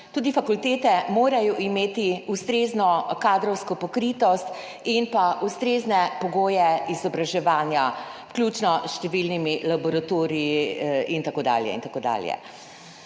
tudi fakultete morajo imeti ustrezno kadrovsko pokritost in pa ustrezne pogoje izobraževanja, vključno s številnimi laboratoriji in tako dalje.